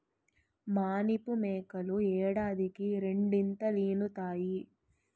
మానిపు మేకలు ఏడాదికి రెండీతలీనుతాయి